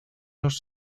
los